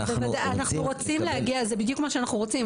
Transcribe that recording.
זה בדיוק מה שאנחנו רוצים,